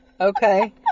Okay